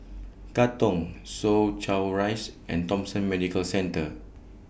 Katong Soo Chow Rise and Thomson Medical Centre